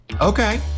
Okay